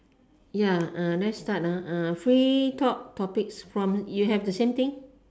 ya let's start free talk topics from you have the same thing